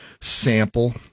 sample